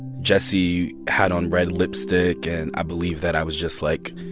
jesse had on red lipstick. and i believe that i was just, like,